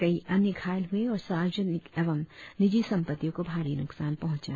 कई अन्य घायल हुए और सार्वजनिक एवं निजि संपत्तियों को भारी नुकसान पहुंचा